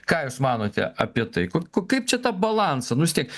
ką jūs manote apie tai ku ko kaip čia tą balansą nu vis tiek